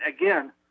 again